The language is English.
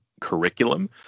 curriculum